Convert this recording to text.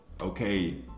okay